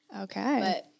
Okay